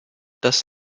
das